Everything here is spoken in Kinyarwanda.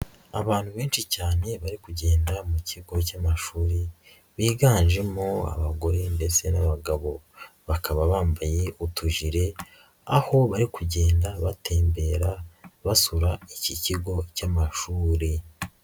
Abantu benshi cyane bari kugenda mu kigo cy'amashuri biganjemo abagore ndetse n'abagabo, bakaba bambaye utujiri aho bari kugenda batembera basura iki kigo cy'amashuri.